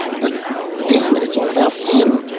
but dammit, it's all about him,